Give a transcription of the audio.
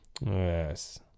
Yes